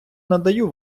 надаю